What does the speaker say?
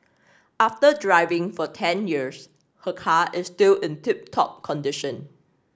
after driving for ten years her car is still in tip top condition